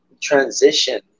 Transition